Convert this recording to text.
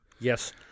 Yes